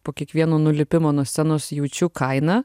po kiekvieno nulipimo nuo scenos jaučiu kainą